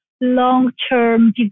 long-term